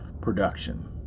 production